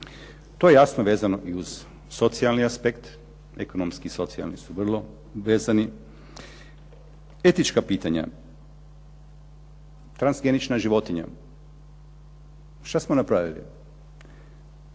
To je jasno vezano i uz socijalni aspekt. Ekonomski i socijalni su vrlo vezani. Etička pitanja, transgenična životinja. Što smo napravili?